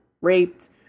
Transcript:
raped